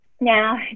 Now